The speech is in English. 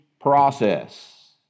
process